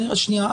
שנייה.